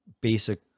basic